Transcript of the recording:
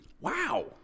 Wow